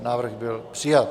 Návrh byl přijat.